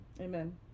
amen